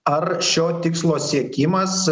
ar šio tikslo siekimas